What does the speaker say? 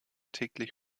täglich